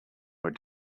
were